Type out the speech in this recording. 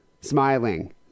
Smiling